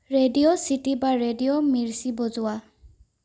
radio city বা radio Mirchi বজোৱা